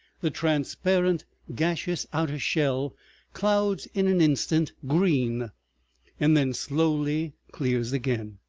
the transparent gaseous outer shell clouds in an instant green and then slowly clears again.